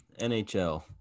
NHL